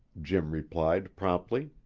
jim replied promptly.